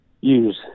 use